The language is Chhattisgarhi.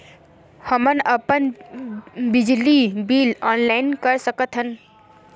हमन अपन बिजली बिल ऑनलाइन कर सकत हन?